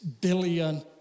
billion